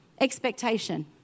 expectation